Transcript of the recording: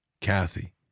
Kathy